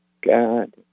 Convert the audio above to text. God